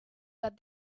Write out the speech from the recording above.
that